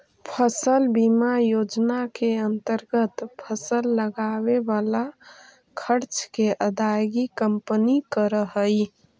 फसल बीमा योजना के अंतर्गत फसल लगावे वाला खर्च के अदायगी कंपनी करऽ हई